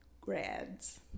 grads